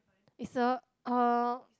it's a uh